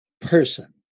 person